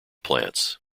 plants